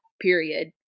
period